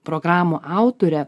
programų autorė